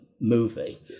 movie